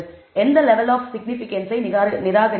எந்த level of சிக்னிபிகன்ஸை நிராகரிப்பீர்கள்